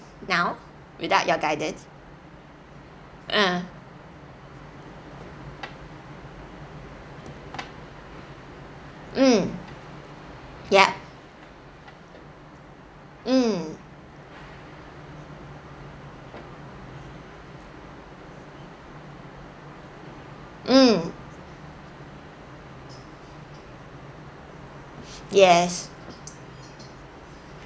now without your guidance uh mm yup mm mm yes